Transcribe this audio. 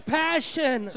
passion